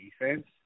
defense